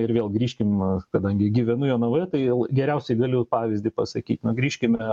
ir vėl grįžkim kadangi gyvenu jonavoje tai vėl geriausiai galiu pavyzdį pasakyt na grįžkime